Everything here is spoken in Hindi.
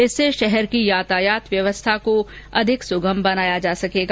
इससे शहर की यातायात व्यवस्था को भी सुगम बनाया जा सकेगा